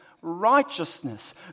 righteousness